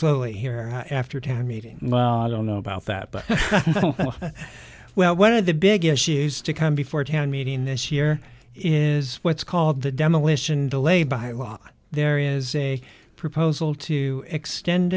slowly here after town meeting well i don't know about that but well one of the big issues to come before a town meeting this year is what's called the demolition delayed by law there is a proposal to extend